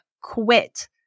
quit